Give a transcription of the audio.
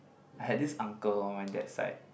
I had this uncle on my dad side